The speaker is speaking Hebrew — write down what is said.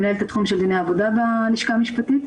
מנהלת את התחום של דיני עבודה בלשכה המשפטית,